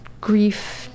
grief